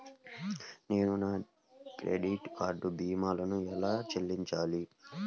నేను నా credit card బిల్లును ఎలా చెల్లించాలీ?